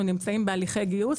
אנחנו נמצאים בהליכי גיוס.